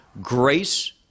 Grace